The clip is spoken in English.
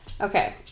Okay